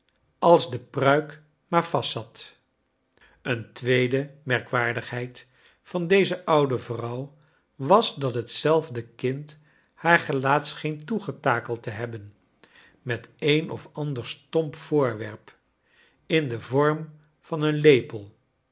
als de pruik maar vast zat een tweede merkwaardigheid van deze oude vrouw was dat lietzelfdc kind haar gelaat scheen toegetakeld te hebben met een of ander stomp voorwerp in den vorm van een lepel